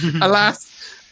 Alas